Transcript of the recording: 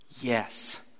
Yes